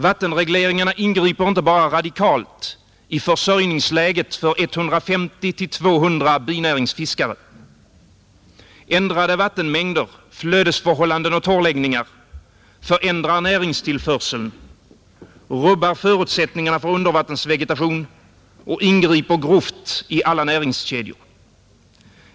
Vattenregleringarna ingriper inte bara radikalt i försörjningsläget för 150—200 binäringsfiskare. Ändrade vattenmängder, flödesförhållanden och torrläggningar förändrar näringstillförseln, rubbar förutsättningarna för undervattensvegetation och ingriper grovt i alla näringskedjor.